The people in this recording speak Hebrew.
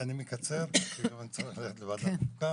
אני מקצר, כי אני צריך ללכת לוועדת חוקה.